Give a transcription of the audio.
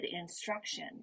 instruction